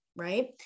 Right